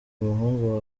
umuhungu